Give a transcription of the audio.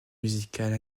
musicales